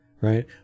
right